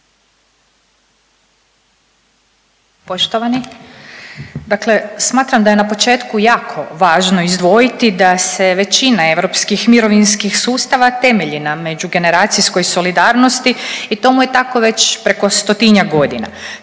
Poštovani, dakle smatram da je na početku jako važno izdvojiti da se većina europskih mirovinskih sustava temelji na međugeneracijskoj solidarnosti i tomu je tako već preko stotinjak godina.